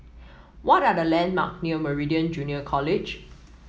what are the landmark near Meridian Junior College